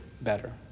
better